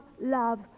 love